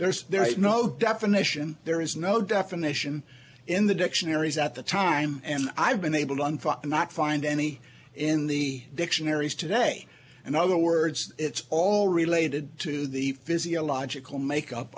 there's there is no definition there is no definition in the dictionaries at the time and i've been able to not find any in the dictionaries today and other words it's all related to the physiological makeup